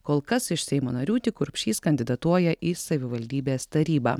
kol kas iš seimo narių tik urbšys kandidatuoja į savivaldybės tarybą